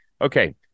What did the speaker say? Okay